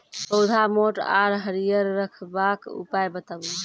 पौधा मोट आर हरियर रखबाक उपाय बताऊ?